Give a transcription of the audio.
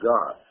God